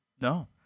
No